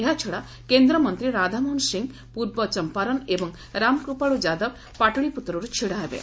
ଏହାଛଡ଼ା କେନ୍ଦ୍ରମନ୍ତ୍ରୀ ରାଧାମୋହନ ସିଂ ପୂର୍ବ ଚମ୍ପାରଣ ଏବଂ ରାମକୃପାଳୁ ଯାଦବ ପାଟଳୀପୁତ୍ରରୁ ଛିଡ଼ାହେବେ